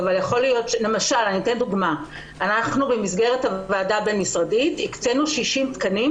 למשל במסגרת הוועדה הבין משרדית הקצנו 60 תקנים